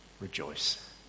Rejoice